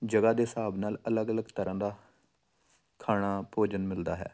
ਜਗ੍ਹਾ ਦੇ ਹਿਸਾਬ ਨਾਲ ਅਲੱਗ ਅਲੱਗ ਤਰ੍ਹਾਂ ਦਾ ਖਾਣਾ ਭੋਜਨ ਮਿਲਦਾ ਹੈ